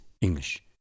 English